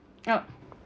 uh